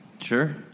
Sure